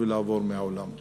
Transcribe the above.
שתעבור מן העולם.